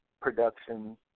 production